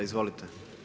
Izvolite.